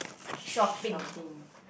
shopping